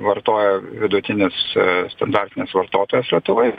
vartojo vidutinis standartinis vartotojas lietuvoj